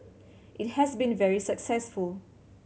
it has been very successful